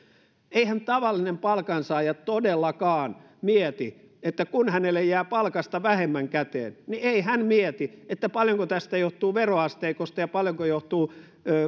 eihän tavallinen palkansaaja todellakaan mieti kun hänelle jää palkasta vähemmän käteen ei hän mieti paljonko tästä johtuu veroasteikosta ja paljonko johtuu